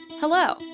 Hello